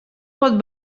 pot